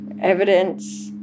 evidence